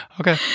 Okay